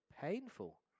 Painful